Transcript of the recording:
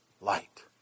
light